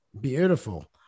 Beautiful